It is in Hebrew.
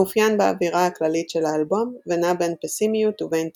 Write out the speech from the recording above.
מאופיין באווירה הכללית של האלבום ונע בין פסימיות ובין תקווה.